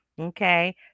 Okay